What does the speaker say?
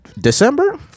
December